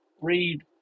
read